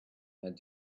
met